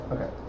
Okay